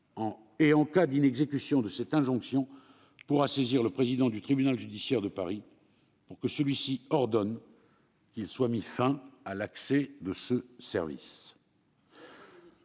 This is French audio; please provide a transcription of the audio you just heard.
En cas d'inexécution de cette injonction, il pourra saisir le président du tribunal judiciaire de Paris pour que celui-ci ordonne la fermeture de l'accès à ce service.